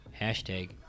Hashtag